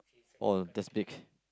oh just pick